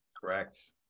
Correct